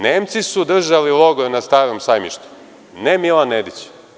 Nemci su držali logor na Starom sajmištu, ne Milan Nedić.